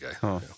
guy